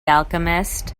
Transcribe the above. alchemist